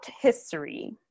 history